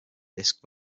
disc